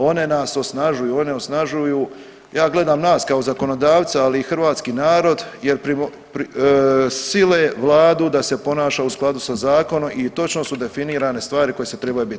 One nas osnažuju, one osnažuju, ja gledam nas kao zakonodavca ali i hrvatski narod jer sile vladu da se ponaša u skladu sa zakonom i točno su definirane stvari koje se trebaju biti.